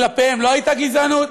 כלפיהם לא הייתה גזענות?